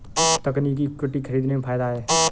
तकनीकी इक्विटी खरीदने में फ़ायदा है